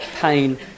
pain